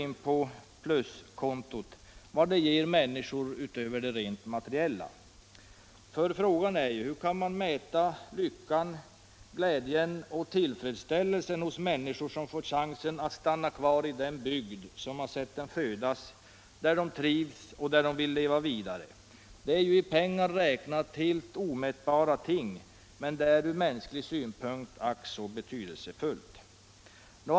Det är sådant som inte kan mätas 125 i pengar. Ty hur kan man mäta lyckan, glädjen och tillfredsställelsen hos människor som får chansen att stanna kvar i den bygd som har sett dem födas, den bygd där de trivs och där de vill leva vidare? Det är i pengar räknat helt omätbara ting, men ur mänsklig synpunkt är de ack så betydelsefulla.